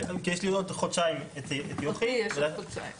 יש לי עוד חודשיים את יוכי וזהו.